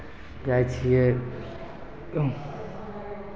जाइ छियै तऽ